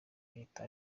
ahita